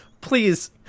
Please